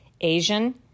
Asian